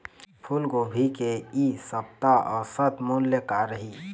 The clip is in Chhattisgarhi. फूलगोभी के इ सप्ता औसत मूल्य का रही?